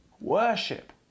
worship